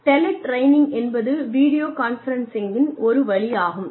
del training என்பது video கான்ஃபரன்ஸிங்கின் ஒரு வழி ஆகும்